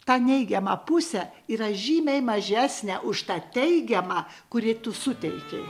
ta neigiama pusė yra žymiai mažesnė už tą teigiamą kurį tu suteikei